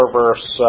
verse